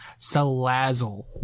Salazzle